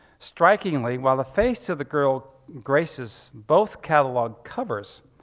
strinkingly, while the face of the girl graces both catalog covers,